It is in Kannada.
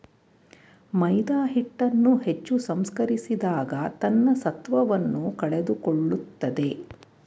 ಮೈದಾಹಿಟ್ಟನ್ನು ಹೆಚ್ಚು ಸಂಸ್ಕರಿಸಿದಾಗ ತನ್ನ ಸತ್ವವನ್ನು ಕಳೆದುಕೊಳ್ಳುತ್ತದೆ